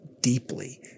deeply